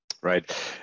Right